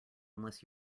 unless